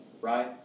right